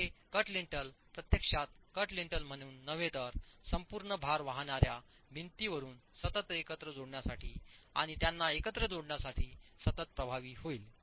तर हे cut lintel प्रत्यक्षात कट लिन्टल म्हणून नव्हेतर संपूर्णभार वाहणार्या भिंतींवरुनसततएकत्र जोडण्यासाठी आणि त्यांना एकत्र जोडण्यासाठीसतत प्रभावी होईल